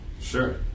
sure